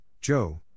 Joe